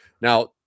Now